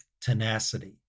tenacity